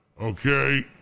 okay